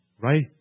Right